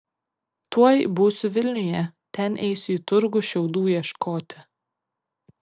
tuoj būsiu vilniuje ten eisiu į turgų šiaudų ieškoti